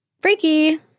Freaky